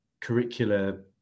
curricular